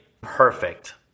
perfect